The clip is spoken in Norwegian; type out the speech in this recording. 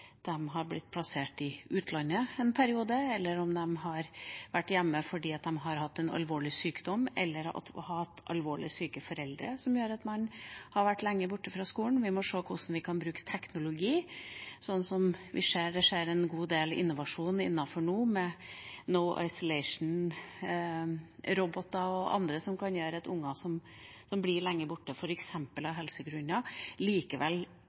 har blitt plassert i utlandet en periode, om de har vært hjemme fordi de har hatt en alvorlig sykdom, eller om de har hatt alvorlig syke foreldre som gjør at de har vært lenge borte fra skolen. Vi må se på hvordan vi kan bruke teknologi. Vi ser det skjer en god del innovasjon innenfor dette nå, med No Isolation-roboter og andre ting som kan gjøre at unger som blir lenge borte fra skolen, f.eks. av helsegrunner, likevel